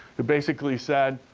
who basically said,